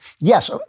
yes